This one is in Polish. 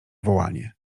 wołanie